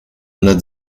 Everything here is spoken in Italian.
una